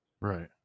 Right